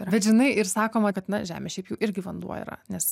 bet žinai ir sakoma kad na žemė šiaip jau irgi vanduo yra nes